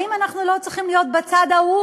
האם אנחנו לא צריכים להיות בצד ההוא